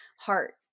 heart